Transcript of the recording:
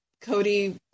Cody